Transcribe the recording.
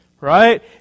Right